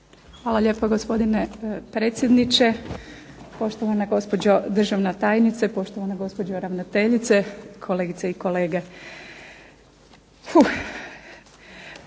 Hvala lijepo gospodine predsjedniče. Poštovana gospođo državna tajnice, poštovana gospođo ravnateljice, kolegice i kolege.